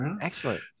Excellent